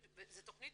זו תכנית